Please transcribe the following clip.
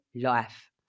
life